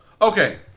Okay